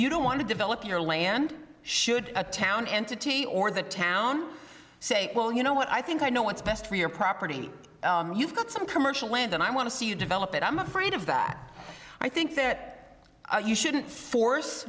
you don't want to develop your land should a town entity or the town say well you know what i think i know what's best for your property you've got some commercial land and i want to see you develop it i'm afraid of that i think that you shouldn't force